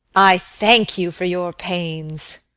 i thank you for your pains.